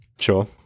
Sure